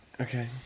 Okay